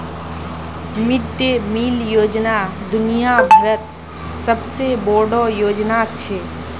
mid day meal योजना दुनिया भरत सबसे बोडो योजना छे